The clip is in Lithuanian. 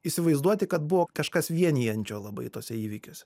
įsivaizduoti kad buvo kažkas vienijančio labai tose įvykiuose